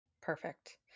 Perfect